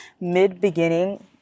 mid-beginning